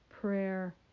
prayer